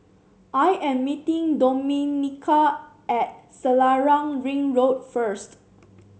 I am meeting Domenica at Selarang Ring Road first